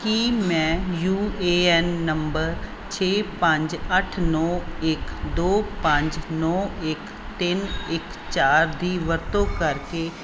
ਕੀ ਮੈਂ U A N ਨੰਬਰ ਛੇ ਪੰਜ ਅੱਠ ਨੌ ਇੱਕ ਦੋ ਪੰਜ ਨੌ ਇੱਕ ਤਿੰਨ ਇੱਕ ਚਾਰ ਦੀ ਵਰਤੋਂ ਕਰਕੇ